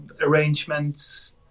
arrangements